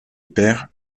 père